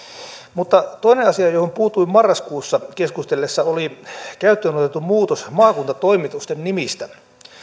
mutta toinen asia johon puutuin marraskuussa keskusteltaessa oli käyttöön otettu muutos maakuntatoimitusten nimissä